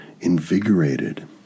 invigorated